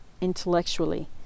intellectually